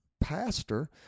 pastor